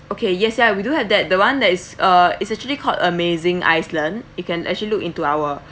okay yes ya we do have that the one that is uh is actually called amazing iceland you can actually look into our